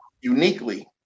Uniquely